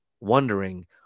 wondering